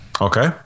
Okay